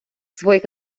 своїх